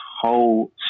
whole